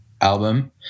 album